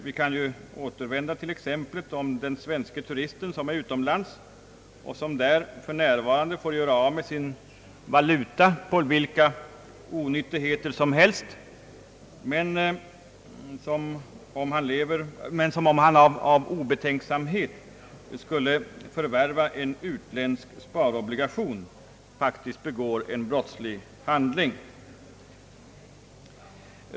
Vi kan ju tänka på exemplet om den svenske turisten som är utomlands och som där för närvarande får göra av med sin valuta på vilka onyttigheter som helst, men som om han av obetänksamhet skulle förvärva en utländsk sparobligation begår en brottslig handling.